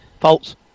False